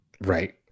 Right